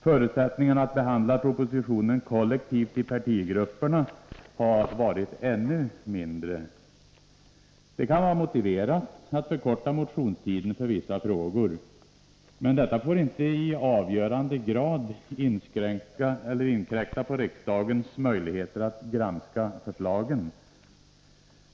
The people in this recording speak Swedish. Förutsättningarna att behandla propositionen kollektivt i partigrupperna har varit ännu mindre. Det kan vara motiverat att förkorta motionstiden för vissa frågor, men detta får inte i avgörande grad inkräkta på riksdagens möjligheter att granska förslagen.